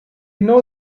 know